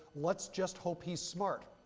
let's just hope he's smart.